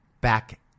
Back